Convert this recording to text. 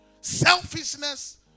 selfishness